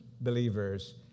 believers